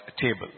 Table